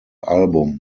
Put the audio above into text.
album